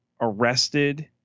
arrested